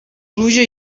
pluja